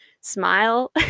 Smile